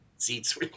seats